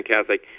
Catholic